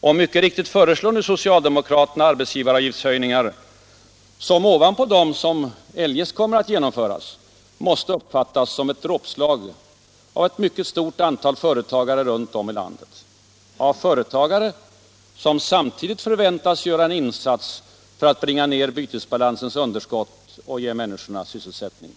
Och mycket riktigt föreslår nu socialdemokraterna arbetsgivaravgiftshöjningar som, ovanpå dem som eljest kommer att genomföras, måste uppfattas som ett dråpslag mot ett mycket stort antal företagare runt om i landet — företagare som samtidigt förväntas göra en insats för att bringa ner bytesbalansens underskott och ge människorna sysselsättning.